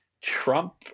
Trump